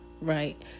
right